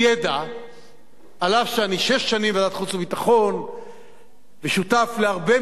אף שאני שש שנים בוועדת החוץ והביטחון ושותף להרבה מאוד מידע וידע,